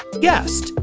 guest